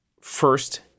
first